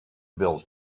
bills